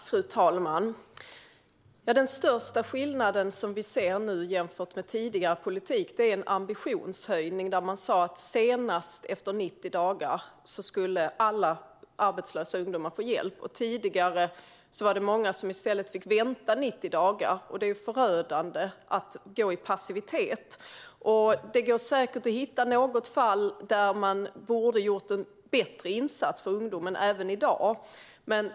Fru talman! Den största skillnaden mellan nuvarande politik och den tidigare är en ambitionshöjning. Senast efter 90 dagar ska alla arbetslösa ungdomar få hjälp. Tidigare var det många som i stället fick vänta 90 dagar, och det är förödande att gå i passivitet. Det går säkert även i dag att hitta något fall där man borde ha gjort en bättre insats för en ung person.